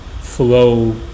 flow